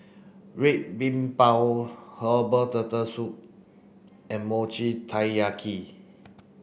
Red Bean Bao herbal turtle soup and Mochi Taiyaki